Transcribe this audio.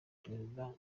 perezida